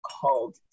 called